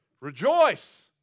Rejoice